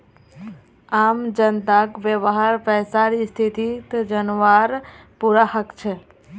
आम जनताक वहार पैसार स्थिति जनवार पूरा हक छेक